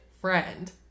friend